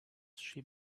she